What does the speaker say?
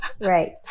right